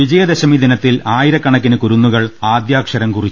വിജയദശമി ദിനത്തിൽ ആയിരക്കണക്കിന് കുരുന്നുകൾ ആദ്യാക്ഷരം കുറിച്ചു